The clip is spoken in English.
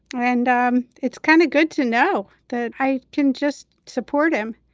and um it's kind of good to know that i can just support him.